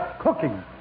Cooking